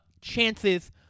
chances